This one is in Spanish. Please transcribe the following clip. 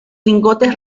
lingotes